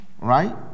Right